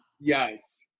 Yes